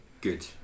Good